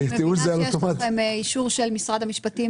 אני מבינה שיש לכם אישור של משרד המשפטים